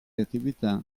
attività